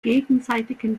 gegenseitigen